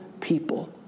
people